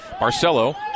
Marcelo